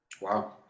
Wow